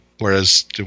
Whereas